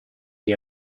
gli